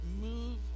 move